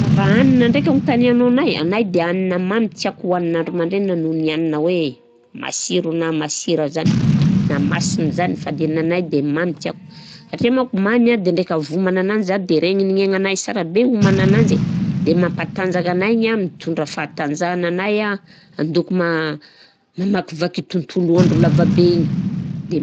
Raha hanina ndraika agnontanianao anahy, anahy de hanina mamy tiako hoanina andro mandraina noho ny hoe anina hoe masiro na masira zany na masigny zany, fa de nanahy de mamy tiako. Satria manko mamy an de ndraika avy homagna anazy an de regninahy sara be homagnananjy de mampatanjaka anahy igny an, mitondra fatanjahana anahy an, andaoko ma- mamakivaky tontolo andro lava be igny, de-.